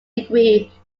degree